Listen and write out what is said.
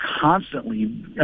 constantly